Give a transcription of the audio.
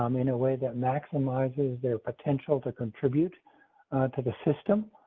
um in a way? that maximizes their potential to contribute to the system.